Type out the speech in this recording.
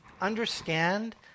understand